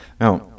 Now